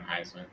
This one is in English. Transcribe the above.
Heisman